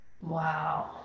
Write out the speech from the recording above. Wow